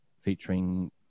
featuring